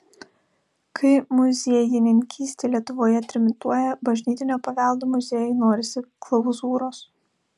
kai muziejininkystė lietuvoje trimituoja bažnytinio paveldo muziejui norisi klauzūros